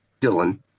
Dylan